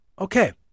Okay